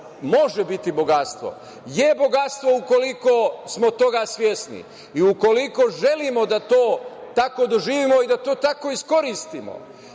može biti bogatstvo, jeste bogatstvo ukoliko smo toga svesni i ukoliko želimo da to tako doživimo i da to tako iskoristimo.